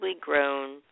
grown